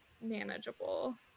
manageable